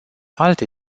alte